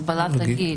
הגבלת גיל.